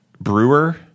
Brewer